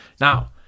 Now